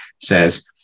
says